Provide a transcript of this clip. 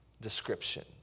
description